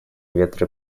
ветры